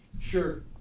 Sure